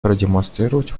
продемонстрировать